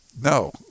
no